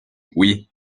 oui